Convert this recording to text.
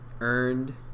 earned